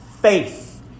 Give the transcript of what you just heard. faith